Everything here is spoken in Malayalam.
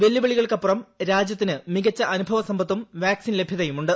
വെല്ലുവിളികൾ ക്കപ്പുറം രാജ്യത്തിന് മികച്ച അനുഭവസമ്പത്തും വാക്സിൻ ലഭ്യതയുമുണ്ട്